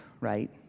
right